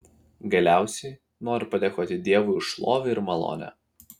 galiausiai noriu padėkoti dievui už šlovę ir malonę